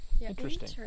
Interesting